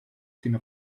d’ina